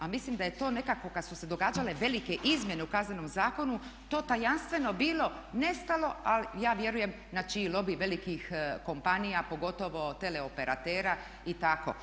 A mislim da je to nekakvo kada su se događale velike izmjene u kaznenom zakonu to tajanstveno bilo nestalo ali ja vjerujem na čiji lobij, velikih kompanija pogotovo teleoperatera i tako.